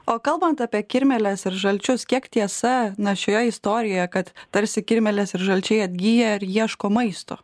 o kalbant apie kirmėles ir žalčius kiek tiesa na šioje istorijoje kad tarsi kirmėlės ir žalčiai atgyja ir ieško maisto